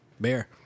Bear